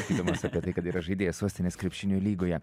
sakydamas apie tai kad yra žaidėjas sostinės krepšinio lygoje